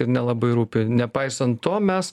ir nelabai rūpi nepaisant to mes